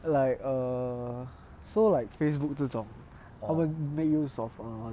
like err so like Facebook 这种他们 make use of err